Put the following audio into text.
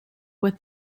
with